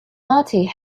marty